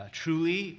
truly